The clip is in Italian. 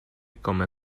come